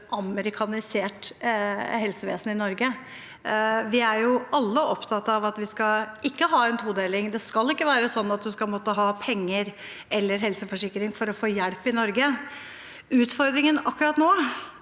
amerikanisert helsevesen i Norge. Vi er alle opptatt av at vi ikke skal ha en todeling. Det skal ikke være sånn at man skal måtte ha penger eller helseforsikring for å få hjelp i Norge. Utfordringen akkurat nå